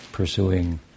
pursuing